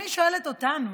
אני שואלת אותנו